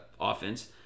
offense